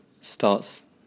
starts